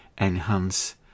enhance